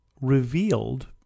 revealed